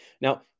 Now